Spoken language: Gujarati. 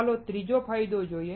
ચાલો ત્રીજો ફાયદો જોઈએ